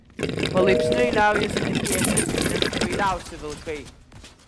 palaipsniui liaujasi tikėti net kvailiausi vilkai